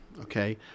Okay